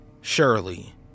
surely